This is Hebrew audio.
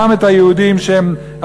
גם את היהודים שהם,